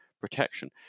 protection